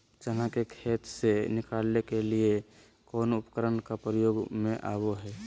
चना के खेत से निकाले के लिए कौन उपकरण के प्रयोग में आबो है?